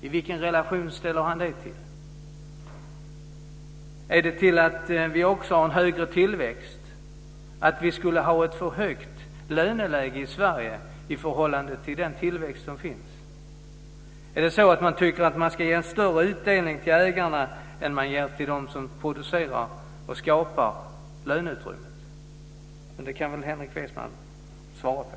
I vilken relation ställer han det till? Har vi ett för högt löneläge i Sverige i förhållande till den tillväxt som finns? Tycker man att man ska ge större utdelning till ägarna än till dem som producerar och skapar löneutrymmet? Det kan väl Henrik Westman svara på.